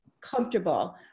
comfortable